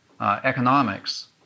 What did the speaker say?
Economics